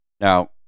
Now